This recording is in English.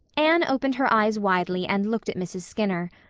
anne opened her eyes widely and looked at mrs. skinner.